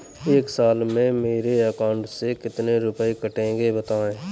एक साल में मेरे अकाउंट से कितने रुपये कटेंगे बताएँ?